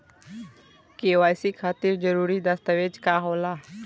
KYC खातिर जरूरी दस्तावेज का का होला?